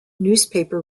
newspaper